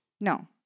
No